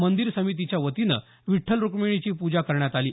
मंदिर समितीच्या वतीनं विठ्ठल रुक्मिणीची पूजा करण्यात आली